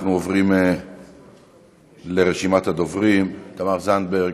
אנחנו עוברים לרשימת הדוברים: תמר זנדברג,